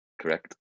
correct